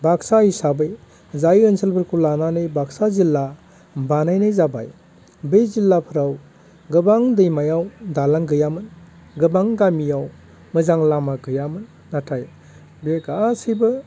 बाक्सा हिसाबै जाय ओनसोलफोरखौ लानानै बाक्सा जिल्ला बानायनाय जाबाय बै जिल्लाफ्राव गोबां दैमायाव दालां गैयामोन गोबां गामियाव मोजां लामा गैयामोन नाथाय बे गासिबो